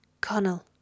Connell